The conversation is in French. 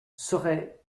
serait